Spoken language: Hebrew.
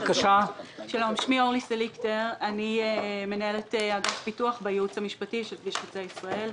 אני מנהלת אגף פיתוח בייעוץ המשפטי של כביש חוצה ישראל.